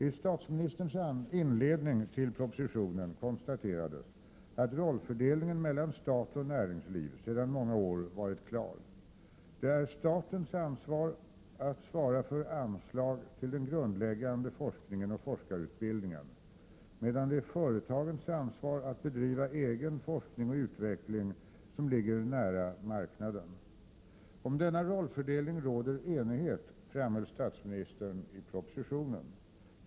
I statsministerns inledning till propositionen konstaterades att rollfördelningen mellan stat och näringsliv sedan många år varit klar. Det är statens ansvar att svara för anslag till den grundläggande forskningen och forskarut bildningen, medan det är företagens ansvar att bedriva egen FoU-verksamhet som ligger nära marknaden. Om denna rollfördelning råder enighet, framhöll statsministern i propositionen.